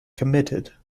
committed